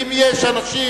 ואם יש אנשים